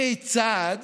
כיצד